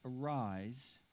arise